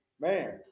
man